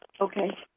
Okay